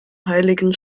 heiligen